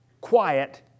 quiet